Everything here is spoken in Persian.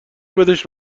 بدش